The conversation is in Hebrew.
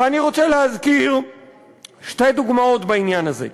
ואני רוצה להזכיר שתי דוגמאות בעניין הזה.